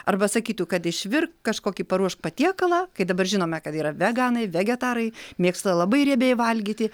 arba sakytų kad išvirk kažkokį paruošk patiekalą kai dabar žinome kad yra veganai vegetarai mėgsta labai riebiai valgyti